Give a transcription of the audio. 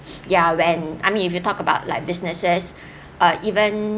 ya when I mean if you talk about like businesses or even